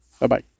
Bye-bye